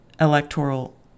Electoral